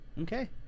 Okay